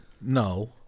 No